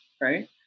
Right